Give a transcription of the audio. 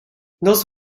noz